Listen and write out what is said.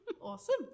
Awesome